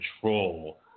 control